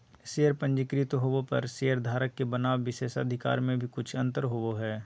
share पंजीकृत होबो पर शेयरधारक के बनाम विशेषाधिकार में भी कुछ अंतर होबो हइ